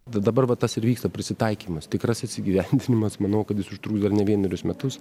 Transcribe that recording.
dabar va tas ir vyksta prisitaikymas tikrasis įgyvendinimas manau kad jis užtruks dar ne vienerius metus